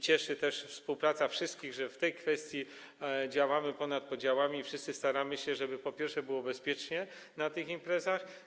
Cieszy też współpraca wszystkich, że w tej kwestii działamy ponad podziałami i wszyscy staramy się, żeby po pierwsze, było bezpiecznie na tych imprezach.